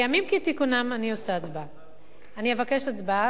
אני אבקש הצבעה.